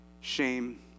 shame